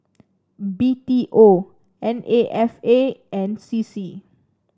B T O N A F A and C C